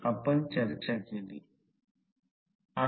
तर ते I2 X e 2 sin ∅ 2 होईल